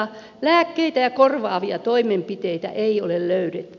lääkkeitä ja korvaavia toimenpiteitä ei ole löydetty